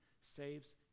saves